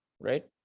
Right